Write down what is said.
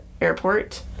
airport